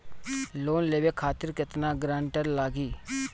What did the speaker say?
Loan लेवे खातिर केतना ग्रानटर लागी?